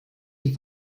die